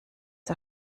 der